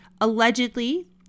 Allegedly